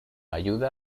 ayuda